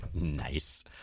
Nice